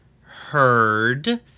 heard